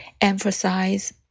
emphasize